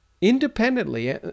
independently